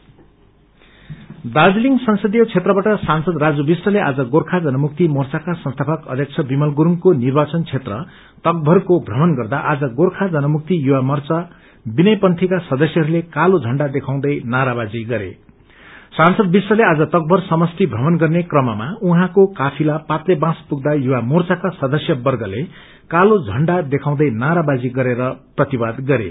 विष्ट दार्जीलिङ संसदीय क्षेत्रबाट सांसद राजु विष्टले आज गोर्खा रजन मुक्ति मोचाका संसीपक अध्यक्ष विमल गुस्डको निर्वाचन क्षेत्र तकथरको थ्रमण गर्दा आज गोर्ख जनमुक्ति युवा मोर्चा विनय मंथीका सदस्यहरूले कालो झण्डा देखाउँदै नरावाजी गर्ने क्रममा उझँक्रे क्रफिला पातेलबाँस पुग्दा युवा मोर्चाका सदस्यवप्रते कालो झण्डा देखउँदै नारावाजी गरेर प्रतिवाद गरे